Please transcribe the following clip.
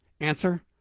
Answer